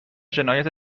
جنایت